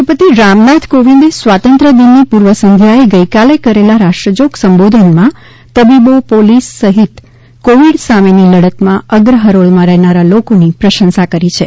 રાષ્ટ્રપતિ રામનાથ કોવિંદે સ્વાતંત્ર્યદિનની પૂર્વસંધ્યાએ ગઇકાલે કરેલા રાષ્ટ્રજોગ સંબોધનમાં તબીબો પોલીસ સહિત કોવિડ સામેની લડતમાં અગ્ર હરોળમાં રહેનારા લોકોની પ્રસંશા કરી છે